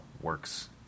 works